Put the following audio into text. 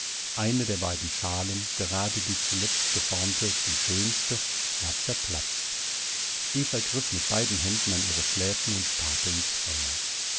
eine der beiden schalen gerade die zuletzt geformte die schönste war zerplatzt eva griff mit beiden händen an ihre schläfen und starrte ins feuer